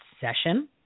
session